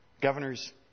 governor's